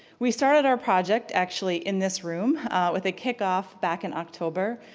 we started our project actually in this room with a kick-off back in october.